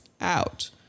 out